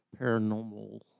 paranormal